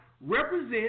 represent